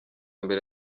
mbere